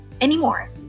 anymore